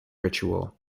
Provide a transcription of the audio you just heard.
ritual